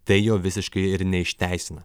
tai jo visiškai ir neišteisina